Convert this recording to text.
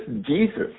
Jesus